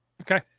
Okay